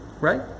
Right